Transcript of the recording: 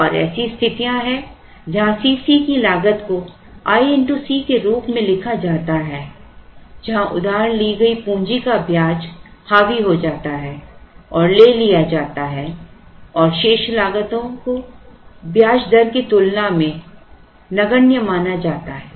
और ऐसी स्थितियां हैं जहां C c की लागत को i x C के रूप में लिखा जाता है जहां उधार ली गई पूंजी का ब्याज हावी हो जाता है और ले लिया जाता है और शेष लागतो को ब्याज दर की तुलना में नगण्य माना जाता है